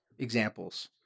Examples